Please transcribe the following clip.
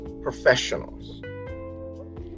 professionals